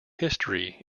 history